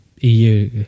EU